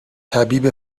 طبیب